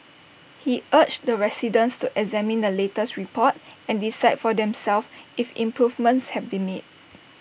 he urged residents to examine the latest report and decide for themselves if improvements have been made